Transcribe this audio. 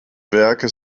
werke